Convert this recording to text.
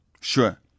Sure